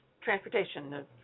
transportation